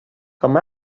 com